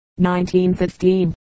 1915